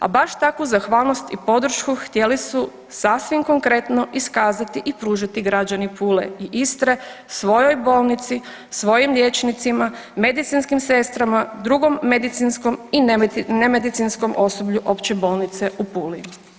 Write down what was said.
A baš takvu zahvalnost i podršku htjeli su sasvim konkretno iskazati i pružiti građani Pule i Istre svojoj bolnici, svojim liječnicima, medicinskim sestrama, drugom medicinskom i ne medicinskom osoblju Opće bolnice u Puli.